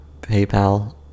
PayPal